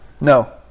No